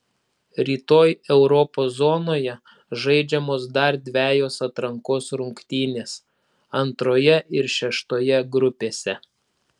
rytoj europos zonoje žaidžiamos dar dvejos atrankos rungtynės antroje ir šeštoje grupėse